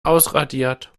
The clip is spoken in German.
ausradiert